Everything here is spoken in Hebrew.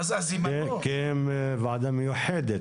כי הם ועדה מיוחדת,